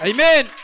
Amen